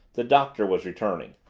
the doctor was returning.